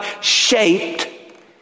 shaped